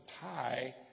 tie